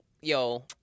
yo